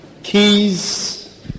Keys